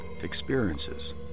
experiences